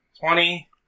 twenty